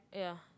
yeah